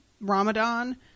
Ramadan